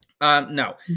No